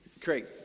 Craig